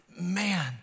man